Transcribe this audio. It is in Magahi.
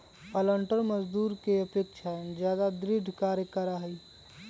पालंटर मजदूर के अपेक्षा ज्यादा दृढ़ कार्य करा हई